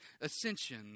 ascension